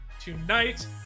tonight